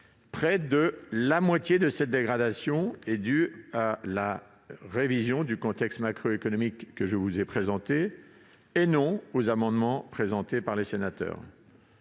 Près de la moitié de cette dégradation est due à la révision du contexte macroéconomique que je vous ai présentée, et non aux amendements adoptés par les sénateurs.